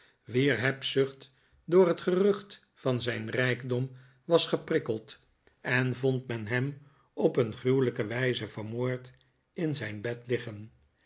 wier hebzucht door het gerucht van zijn rijkdom was geprikkeld en vond men hem op een gruwelijke wijze vermoord in zijn bed liggen